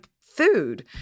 food